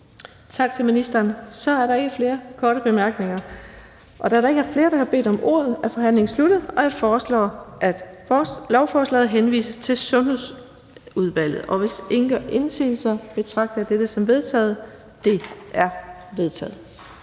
Tak til ministeren. Så er der ikke flere korte bemærkninger. Da der ikke er flere, der har bedt om ordet, er forhandlingen sluttet. Jeg foreslår, at lovforslaget henvises til Sundhedsudvalget. Og hvis ingen gør indsigelse, betragter jeg dette som vedtaget. Det er vedtaget.